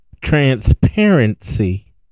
transparency